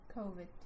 COVID